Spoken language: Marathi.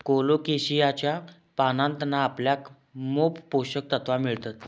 कोलोकेशियाच्या पानांतना आपल्याक मोप पोषक तत्त्वा मिळतत